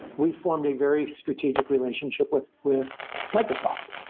we formed a very strategic relationship with with microsoft.